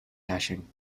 hashing